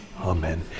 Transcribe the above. Amen